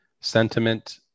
sentiment